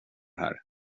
här